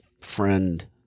friend